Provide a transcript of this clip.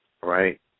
right